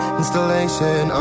installation